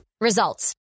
Results